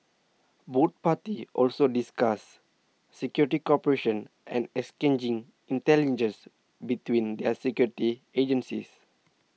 both parties also discussed security cooperation and exchanging intelligence between their security agencies